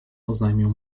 oznajmił